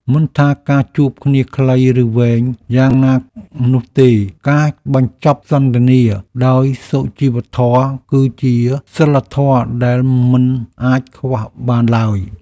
មិនថាការជួបគ្នាខ្លីឬវែងយ៉ាងណានោះទេការបញ្ចប់សន្ទនាដោយសុជីវធម៌គឺជាសីលធម៌ដែលមិនអាចខ្វះបានឡើយ។